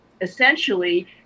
essentially